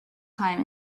time